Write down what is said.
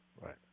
Right